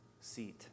seat